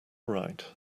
right